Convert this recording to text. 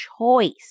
choice